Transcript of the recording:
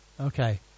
Okay